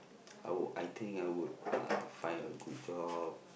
I would I think I would uh find a good job